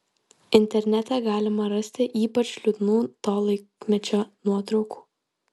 internete galima rasti ypač liūdnų to laikmečio nuotraukų